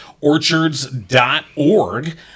orchards.org